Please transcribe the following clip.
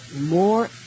more